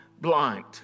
blind